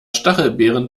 stachelbeeren